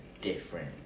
different